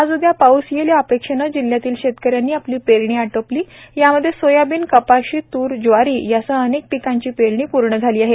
आज उद्या पाऊस येईल या अपेक्षेने जिल्ह्यातील शेतकऱ्यांनी आपली पेरणी आटोपली यामध्ये सोयाबीन कपाशी तूर ज्वारी यासह अनेक पिकांची पेरणी पूर्ण झाली आहे